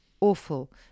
Awful